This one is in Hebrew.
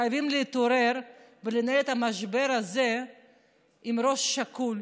חייבים להתעורר ולנהל את המשבר הזה בראש שקול,